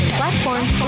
platforms